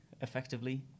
effectively